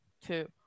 two